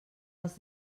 els